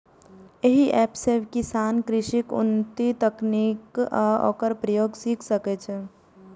एहि एप सं किसान कृषिक उन्नत तकनीक आ ओकर प्रयोग सीख सकै छै